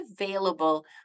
available